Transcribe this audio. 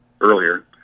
earlier